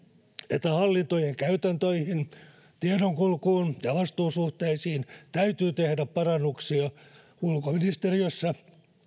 että hallintojen käytäntöihin tiedonkulkuun ja vastuusuhteisiin täytyy tehdä parannuksia ulkoministeriössä